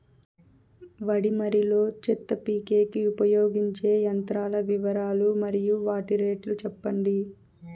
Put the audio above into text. వరి మడి లో చెత్త పీకేకి ఉపయోగించే యంత్రాల వివరాలు మరియు వాటి రేట్లు చెప్పండి?